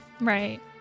Right